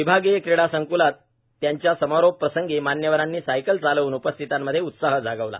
विभागीय क्रीडा संकूलात त्याच्या समारोपप्रसंगी मान्यवरांनी सायकल चालवून उपस्थितांमध्ये उत्साह जागविला